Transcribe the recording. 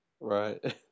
Right